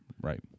Right